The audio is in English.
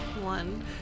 One